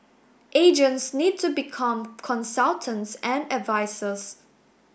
agents need to become consultants and advisers